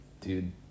dude